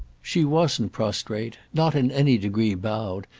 she wasn't prostrate not in any degree bowed,